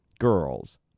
girls